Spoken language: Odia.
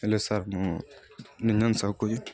ହ୍ୟାଲୋ ସାର୍ ମୁଁ ନିରଞ୍ଜନ୍ ସାହୁ କହୁଛି